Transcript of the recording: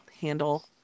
Handle